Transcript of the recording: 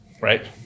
right